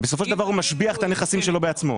בסופו של דבר הוא משביח את הנכסים שלו בעצמו.